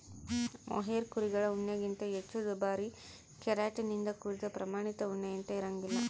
mohair ಕುರಿಗಳ ಉಣ್ಣೆಗಿಂತ ಹೆಚ್ಚು ದುಬಾರಿ ಕೆರಾಟಿನ್ ನಿಂದ ಕೂಡಿದ ಪ್ರಾಮಾಣಿತ ಉಣ್ಣೆಯಂತೆ ಇರಂಗಿಲ್ಲ